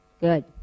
Good